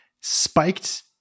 spiked